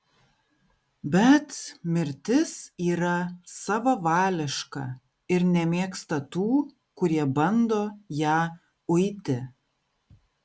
bet mirtis yra savavališka ir nemėgsta tų kurie bando ją uiti